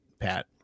pat